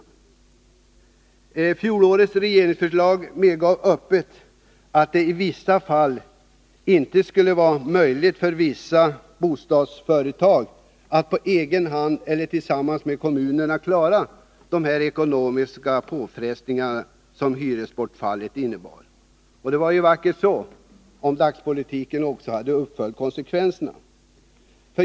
I fjolårets regeringsförslag medgavs öppet att det i vissa fall inte kunde vara möjligt för vissa bostadsföretag att på egen hand eller tillsammans med kommunerna klara de ekonomiska påfrestningar som hyresbortfallet innebar. Det var ju vackert så — om man i dagspolitiken också hade räknat med konsekvenserna.